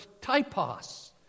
typos